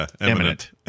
eminent